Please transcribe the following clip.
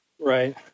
Right